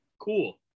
Cool